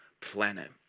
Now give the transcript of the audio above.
planet